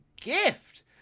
gift